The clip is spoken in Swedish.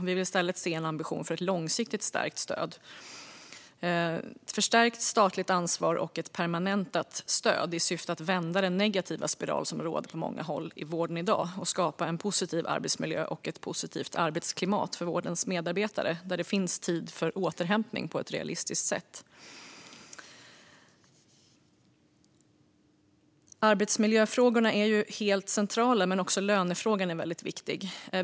Vi vill i stället se en ambition för ett långsiktigt stärkt stöd, ett förstärkt statligt ansvar och ett permanentat stöd i syfte att vända den negativa spiral som finns på många håll i vården i dag och skapa en positiv arbetsmiljö och ett positivt arbetsklimat för vårdens medarbetare där det finns tid för återhämtning på ett realistiskt sätt. Arbetsmiljöfrågan är helt central, men lönefrågan är också väldigt viktig.